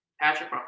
Patrick